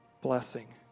blessing